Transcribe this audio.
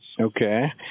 Okay